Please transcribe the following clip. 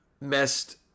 messed